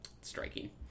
striking